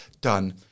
done